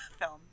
film